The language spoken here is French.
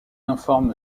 informe